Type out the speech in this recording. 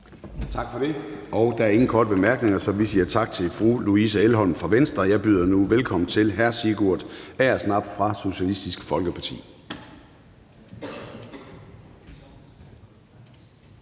Tak for det. Der er ingen korte bemærkninger, så vi siger tak til fru Louise Elholm fra Venstre. Jeg byder nu velkommen til hr. Sigurd Agersnap fra Socialistisk Folkeparti.